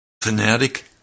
fanatic